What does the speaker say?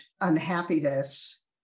unhappiness